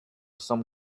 some